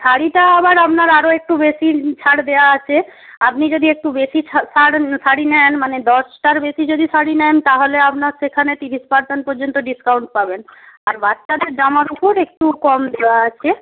শাড়িটা আবার আপনার আরও একটু বেশি ছাড় দেওয়া আছে আপনি যদি একটু বেশি ছাড় সার শাড়ি নেন মানে দশটার বেশি যদি শাড়ি নেন তাহলে আপনার সেখানে তিরিশ পার্সেন্ট পর্যন্ত ডিসকাউন্ট পাবেন আর বাচ্চাদের জামার উপর একটু কম দেওয়া আছে